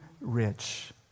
rich